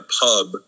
pub